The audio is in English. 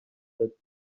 that